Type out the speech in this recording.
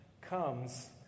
comes